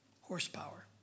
Horsepower